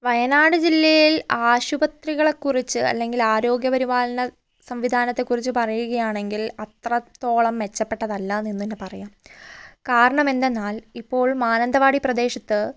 വയനാട് ജില്ലയിൽ ആശുപത്രികളെ കുറിച്ച് അല്ലെങ്കിൽ ആരോഗ്യ പരിപാലന സംവിധാനത്തെ കുറിച്ച് പറയുകയാണെങ്കിൽ അത്രത്തോളം മെച്ചപ്പെട്ടതല്ല എന്നുതന്നെ പറയാം കാരണം എന്തെന്നാൽ ഇപ്പോൾ മാനന്തവാടി പ്രദേശത്ത്